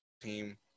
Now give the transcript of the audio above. team